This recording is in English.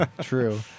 true